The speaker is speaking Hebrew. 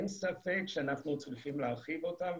אין ספק שאנחנו צריכים להרחיב אותן,